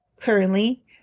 currently